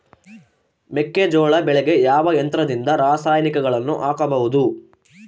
ಮೆಕ್ಕೆಜೋಳ ಬೆಳೆಗೆ ಯಾವ ಯಂತ್ರದಿಂದ ರಾಸಾಯನಿಕಗಳನ್ನು ಹಾಕಬಹುದು?